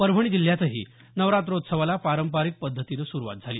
परभणी जिल्ह्यातही नवरात्रोत्सवाला पारंपारिक पद्धतीनं सुरुवात झाली